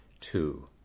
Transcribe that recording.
two